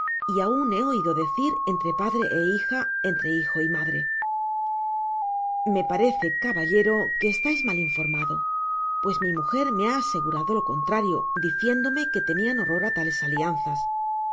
y aun he oido decir entre padre é hija entre hijo y madre me parece caballero que estais mal informado pues mi mujer me ha asegurado lo contrario diciéndome que tenian horror á tales alianzas